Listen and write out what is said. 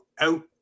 out